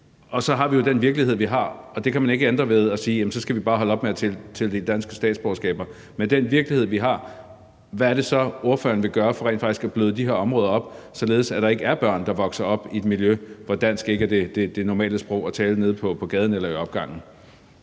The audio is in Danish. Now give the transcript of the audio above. og så har vi jo den virkelighed, vi har, og det kan man ikke ændre ved at sige, at så skal vi bare holde op med at tildele danske statsborgerskaber: Med den virkelighed, vi har, hvad er det så, ordføreren vil gøre for rent faktisk at bløde de her områder op, således at der ikke er børn, der vokser op i et miljø, hvor dansk ikke er det normale sprog at tale nede på gaden eller i opgangen?